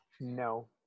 No